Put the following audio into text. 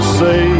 say